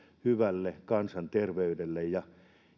hyvälle kansanterveydelle ja